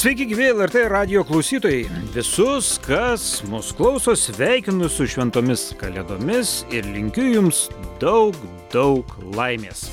sveiki gyvi lrt radijo klausytojai visus kas mus klauso sveikinu su šventomis kalėdomis ir linkiu jums daug daug laimės